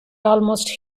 almost